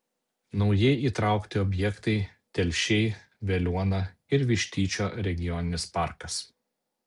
naujai įtraukti objektai telšiai veliuona ir vištyčio regioninis parkas